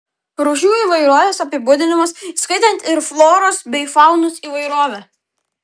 rūšių įvairovės apibūdinimas įskaitant ir floros bei faunos įvairovę